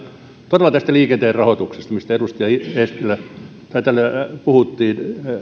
todella tästä liikenteen rahoituksesta mistä täällä puhuttiin